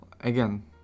again